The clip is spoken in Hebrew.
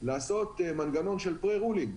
לעשות מנגנון של פרה רולינג.